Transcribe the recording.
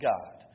God